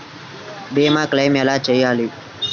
భీమ క్లెయిం ఎలా చేయాలి?